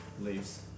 leaves